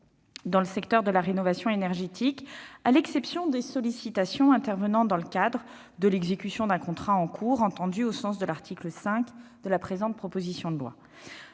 dans le secteur de la rénovation énergétique, à l'exception des sollicitations intervenant dans le cadre de l'exécution d'un contrat en cours entendue au sens de l'article 5 de la présente proposition de loi.